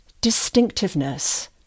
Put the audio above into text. distinctiveness